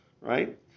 right